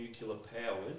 nuclear-powered